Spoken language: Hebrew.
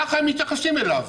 ככה הם מתייחסים אליו.